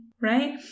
right